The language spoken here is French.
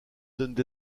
donnent